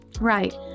Right